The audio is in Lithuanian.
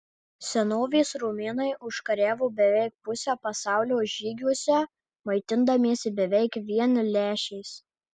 senovės romėnai užkariavo beveik pusę pasaulio žygiuose maitindamiesi beveik vien lęšiais